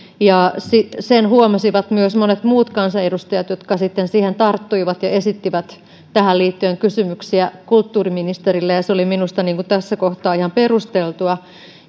sen huomasivat myös monet muut kansanedustajat jotka sitten siihen tarttuivat ja esittivät tähän liittyen kysymyksiä kulttuuriministerille ja se oli minusta tässä kohtaa ihan perusteltua